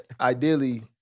ideally